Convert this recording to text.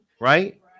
Right